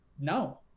no